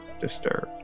disturbed